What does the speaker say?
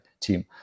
team